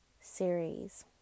series